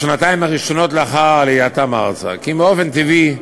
לאחר עלייתם ארצה, כי באופן טבעי,